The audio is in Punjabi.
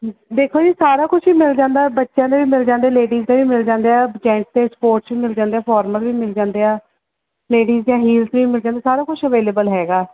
ਦੇਖੋ ਜੀ ਸਾਰਾ ਕੁਛ ਹੀ ਮਿਲ ਜਾਂਦਾ ਬੱਚਿਆਂ ਦੇ ਵੀ ਮਿਲ ਜਾਂਦੇ ਲੇਡੀਜ ਦੇ ਵੀ ਮਿਲ ਜਾਂਦੇ ਆ ਜੈਂਟਸ ਦੇ ਸਪੋਰਟਸ ਵੀ ਮਿਲ ਜਾਂਦੇ ਆ ਫੋਰਮਲ ਵੀ ਮਿਲ ਜਾਂਦੇ ਆ ਲੇਡੀਜ ਦੀਆਂ ਹੀਲਜ਼ ਵੀ ਮਿਲ ਜਾਂਦੀਆਂ ਸਾਰਾ ਕੁਛ ਅਵੇਲੇਬਲ ਹੈਗਾ